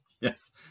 Yes